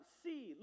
see